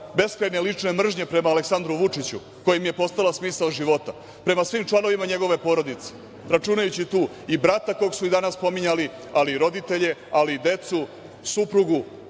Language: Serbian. beskrajne lične mržnje prema Aleksandru Vučiću koja im je postala smisao života, prema svim članovima njegove porodice, računajući tu i brata kog su i danas pominjali, ali i roditelje, ali i decu, suprugu,